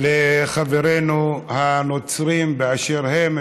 לחברינו הנוצרים באשר הם,